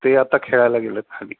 ते आता खेळायला गेलं होतं खाली